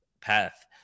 path